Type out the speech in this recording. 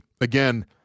again